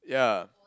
yeah